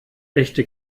echte